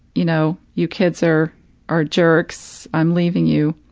you know, you kids are are jerks, i'm leaving you,